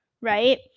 right